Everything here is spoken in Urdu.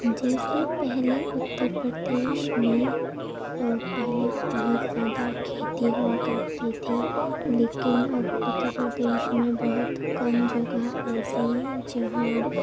جیسے پہلے اتر پردیش میں پہلے بہت زیادہ کھیتی ہوا کرتی تھی لیکن اب اتر پردیش میں بہت کم جگہ ایسی ہے جہاں